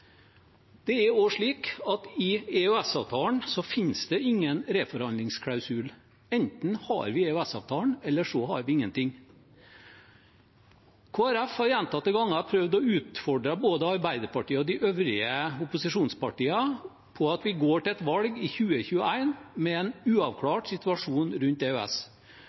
Det er også slik at i EØS-avtalen fins det ingen reforhandlingsklausul. Enten har vi EØS-avtalen, eller så har vi ingenting. Kristelig Folkeparti har gjentatte ganger prøvd å utfordre både Arbeiderpartiet og de øvrige opposisjonspartiene på at vi går mot et valg i 2021 med en uavklart situasjon rundt EØS.